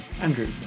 Andrew